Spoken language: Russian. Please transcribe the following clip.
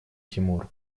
тимур